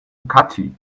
catchy